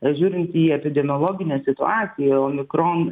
žiūrint į epidemiologinę situaciją omikron